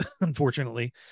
unfortunately